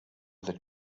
other